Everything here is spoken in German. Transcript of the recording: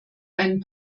ein